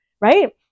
right